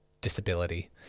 disability